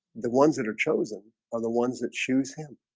the ones that are chosen are the ones that choose him